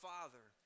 Father